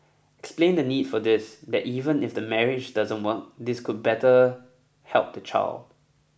explain the need for this that even if the marriage doesn't work this could better help the child